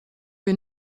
wir